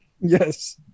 Yes